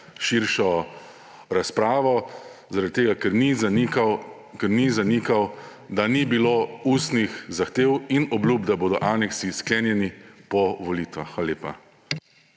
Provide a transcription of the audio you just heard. širšo razpravo zaradi tega, ker ni zanikal, da ni bilo ustnih zahtev in obljub, da bodo aneksi sklejeni po volitvah. Hvala lepa.